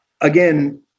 again